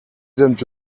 sind